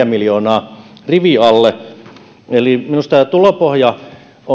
miljoonaa rivin alle eli minusta tämä tulopohja